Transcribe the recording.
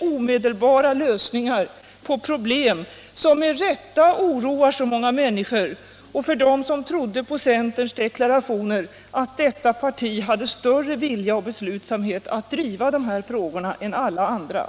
omedelbara lösningar på problem som med rätta oroade många människor och dem som trodde på centerns deklarationer att detta parti hade större vilja och beslutsamhet att driva dessa frågor än alla andra.